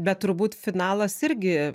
bet turbūt finalas irgi